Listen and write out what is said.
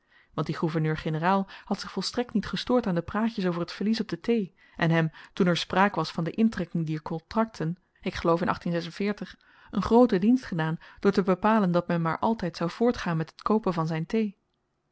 want die gouverneur-generaal had zich volstrekt niet gestoord aan de praatjes over t verlies op de thee en hem toen er spraak was van de intrekking dier kontrakten ik geloof in een grooten dienst gedaan door te bepalen dat men maar altyd zou voortgaan met het koopen van zyn thee